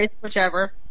Whichever